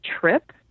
trip